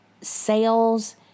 sales